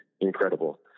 incredible